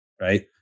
right